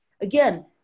Again